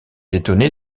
étonné